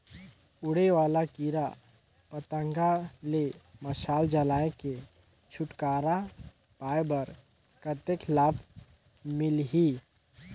उड़े वाला कीरा पतंगा ले मशाल जलाय के छुटकारा पाय बर कतेक लाभ मिलही?